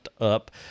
up